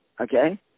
okay